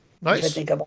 Nice